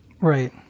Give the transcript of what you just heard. Right